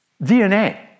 DNA